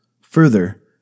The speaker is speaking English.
Further